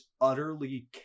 utterly